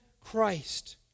Christ